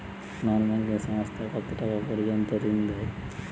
নন banking সংস্থা কতটাকা পর্যন্ত ঋণ দেয়?